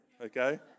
okay